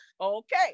okay